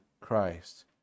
Christ